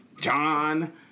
John